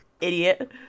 idiot